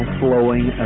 flowing